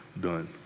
done